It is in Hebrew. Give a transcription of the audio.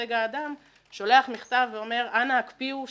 כמייצג האדם שולח מכתב ואומר: אנא הקפיאו את